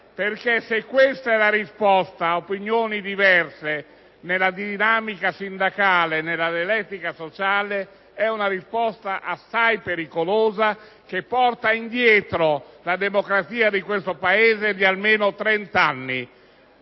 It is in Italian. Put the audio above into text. perché se questa è la risposta ad opinioni diverse nella dinamica sindacale e nella dialettica sociale, è una risposta assai pericolosa, che porta indietro la democrazia di questo Paese di almeno trent'anni!